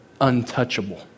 untouchable